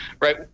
right